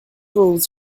rules